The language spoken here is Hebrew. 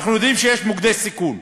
אנחנו יודעים שיש מוקדי סיכון.